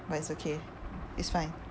but it's okay it's fine